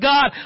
God